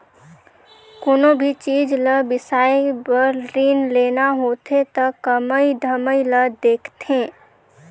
कोनो भी चीच ल बिसाए बर रीन लेना होथे त कमई धमई ल देखथें